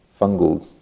fungal